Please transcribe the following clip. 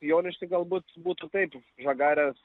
jonišky galbūt būtų taip žagarės